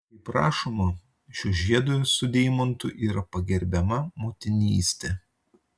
kaip rašoma šiuo žiedu su deimantu yra pagerbiama motinystė